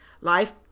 Life